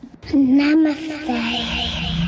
Namaste